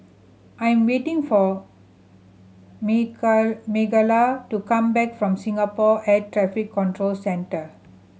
I'm waiting for Mikaila to come back from Singapore Air Traffic Control Centre